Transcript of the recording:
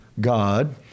God